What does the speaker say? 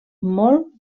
molt